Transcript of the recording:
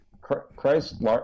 christ